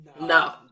No